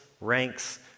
ranks